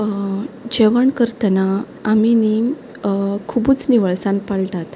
जेवण करतना आमी न्ही खूबच निवळसाण पाळटात